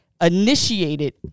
initiated